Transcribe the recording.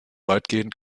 weitgehend